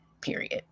period